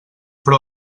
però